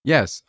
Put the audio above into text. Yes